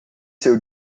seu